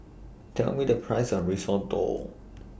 Tell Me The Price of Risotto